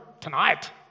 tonight